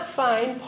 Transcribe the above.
find